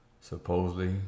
Supposedly